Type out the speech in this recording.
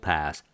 Pass